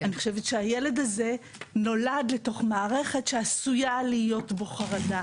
אני חושבת שהילד הזה נולד לתוך מערכת כזאת שעשויה להיות בו חרדה,